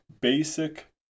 Basic